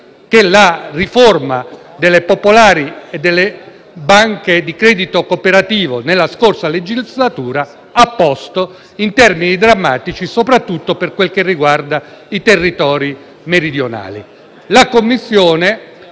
che la riforma delle popolari e delle banche di credito cooperativo nella scorsa legislatura ha posto in termini drammatici, soprattutto per quel che riguarda i territori meridionali.